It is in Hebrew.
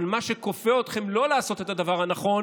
אבל מה שכופה אתכם לא לעשות את הדבר הנכון